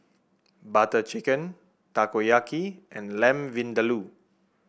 Butter Chicken Takoyaki and Lamb Vindaloo